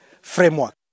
framework